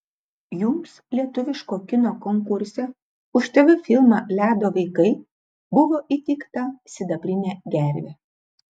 jums lietuviško kino konkurse už tv filmą ledo vaikai buvo įteikta sidabrinė gervė